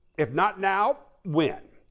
if not now, when?